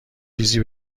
چیزی